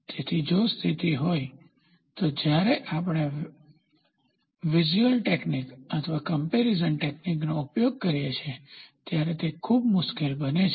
તેથી જો સ્થિતિ હોય તો જ્યારે આપણે વીઝ્યુઅલ ટેકનીક અથવા કમ્પેરીઝન ટેકનીકનો ઉપયોગ કરીએ ત્યારે તે ખૂબ જ મુશ્કેલ બને છે